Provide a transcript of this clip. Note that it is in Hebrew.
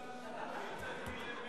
אם תגדיל ל-120,